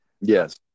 Yes